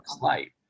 light